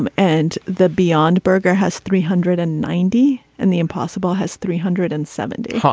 um and the beyond burger has three hundred and ninety and the impossible has three hundred and seventy.